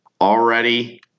already